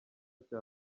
cya